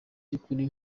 by’ukuri